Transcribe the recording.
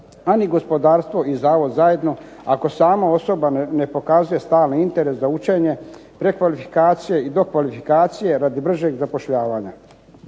a ni gospodarstvo i Zavod zajedno ako sama osoba ne pokazuje stalni interes za učenje, prekvalifikacije i dokvalifikacije radi bržeg zapošljavanja.